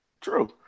True